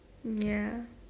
ya